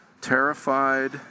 terrified